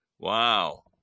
Wow